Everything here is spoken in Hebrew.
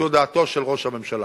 מתודעתו של ראש הממשלה.